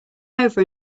over